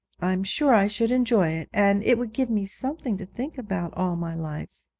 i'm sure i should enjoy it, and it would give me something to think about all my life